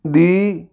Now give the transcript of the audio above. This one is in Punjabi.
ਦੀ